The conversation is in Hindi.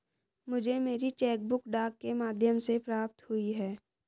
मुझे मेरी चेक बुक डाक के माध्यम से प्राप्त हुई है